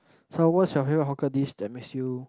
so what's your favourite hawker dish that makes you